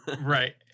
Right